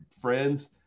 friends